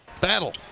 Battle